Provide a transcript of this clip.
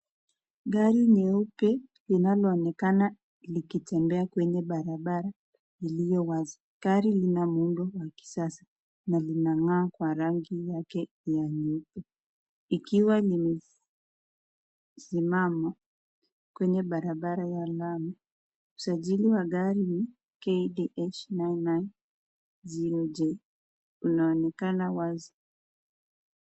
Gari nyeupe linaloonekana likitembea kwenye barabara iliyo wazi. Gari lina muundo wa kisasa na linang'aa kwa rangi yake ya nyeupe. likiwa limesimama kwenye barabara ya lami. Usajili wa gari ni KDH nine nine zero J inaonekana wazi.